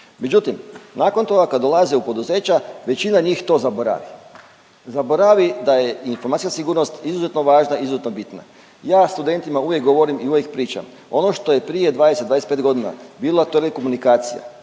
Međutim, nakon toga kad dolaze u poduzeća većina njih to zaboravi, zaboravi da je informacijska sigurnost izuzetno važna i izuzetno bitna. Ja studentima uvijek govorim i uvijek pričam ono što je prije 20-25.g. bilo telekomunikacija,